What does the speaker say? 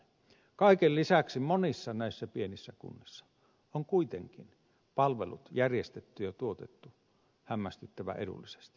kaiken lisäksi monissa näissä pienissä kunnissa on kuitenkin palvelut järjestetty ja tuotettu hämmästyttävän edullisesti